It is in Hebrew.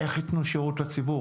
איך ייתנו שירות לציבור?